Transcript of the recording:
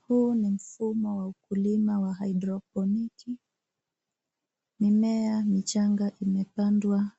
Huu ni mfumo wa ukulima wa hydroponiki. Mimea michanga imepandwa